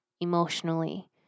emotionally